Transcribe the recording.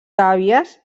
gàbies